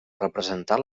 representar